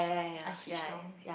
I hitch down